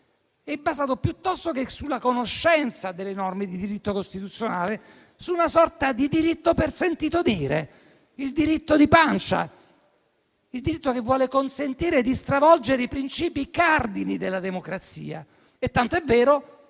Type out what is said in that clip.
e, piuttosto che sulla conoscenza delle norme di diritto costituzionale, su una sorta di diritto per sentito dire, il diritto di pancia, che vuole consentire di stravolgere i princìpi cardine della democrazia. Infatti, il